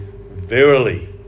verily